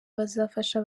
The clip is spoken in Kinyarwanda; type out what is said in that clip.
bazafasha